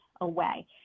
away